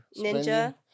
ninja